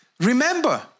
Remember